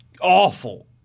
awful